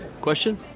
question